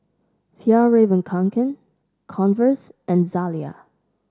Fjallraven Kanken Converse and Zalia